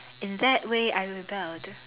in that way I rebelled